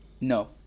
No